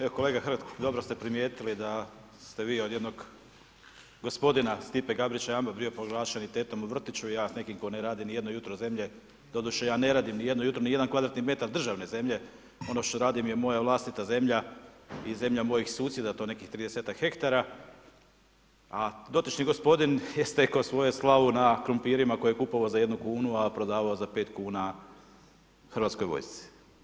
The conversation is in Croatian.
Evo kolega Hrg, dobro ste primijetili da ste vi od jednog gospodina Stipe Gabrića Jamba bio proglašen i tetom u vrtiću, ja s nekim tko ne radi ni jedno jutro zemlje doduše ja ne radim nijedno jutro, nijedan kvadratni metar državne zemlje ono što radim je moja vlastita zemlja i zemlja mojih susjeda to nekih 30-ak hektara, a dotični gospodin je stekao svoju slavu na krumpirima koje je kupovao za jednu kunu, a prodavao za pet kuna hrvatskoj vojsci.